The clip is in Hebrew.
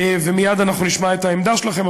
ומייד אנחנו נשמע את העמדה שלכם.